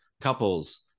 couples